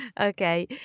Okay